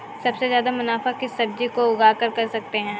सबसे ज्यादा मुनाफा किस सब्जी को उगाकर कर सकते हैं?